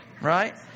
right